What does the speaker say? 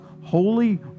holy